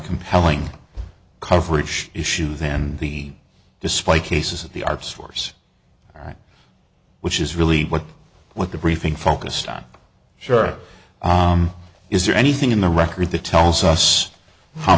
compelling coverage issue then the display cases of the arts force right which is really what what the briefing focused on sure or is there anything in the record that tells us how